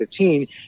2015